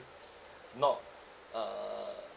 not err